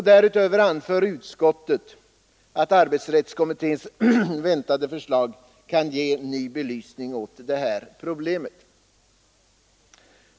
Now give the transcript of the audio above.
Därutöver anför utskottet att arbetsrättskommitténs väntade betänkande kan ge ny belysning åt detta problem.